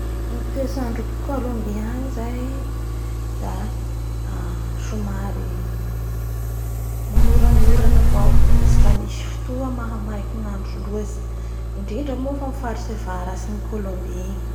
Ny toetsandro a colombie any zay da somary manoranorana avao tsy da misy fotoa mahamaiky ny andro loatsy indrindra moa fa amin'ny faritsy avaratsy ny kolombi igny.